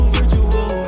Virtual